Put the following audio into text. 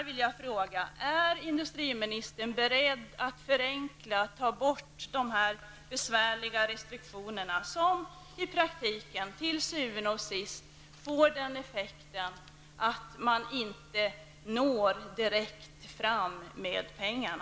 Då vill jag fråga industriministern: Är industriministern beredd att förenkla reglerna, att ta bort de besvärliga restriktioner som i praktiken til syvende og sidst får effekten att man inte når direkt fram med pengarna?